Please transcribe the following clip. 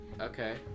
Okay